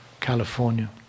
California